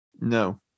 No